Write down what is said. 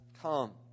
come